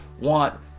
want